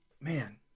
Man